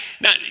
now